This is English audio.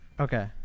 Okay